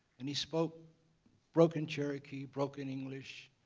and he spoke broken cherokee, broken english,